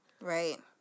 right